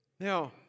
Now